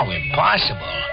impossible